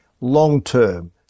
long-term